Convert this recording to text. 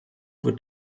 wird